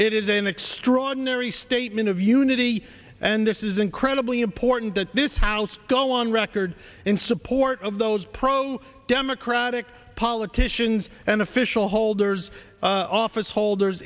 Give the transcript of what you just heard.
it is an extraordinary statement of unity and this is incredibly important that this house go on record in support of those pro democratic politicians and official holders office holders